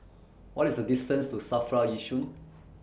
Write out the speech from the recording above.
What IS The distance to SAFRA Yishun